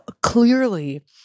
Clearly